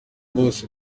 bose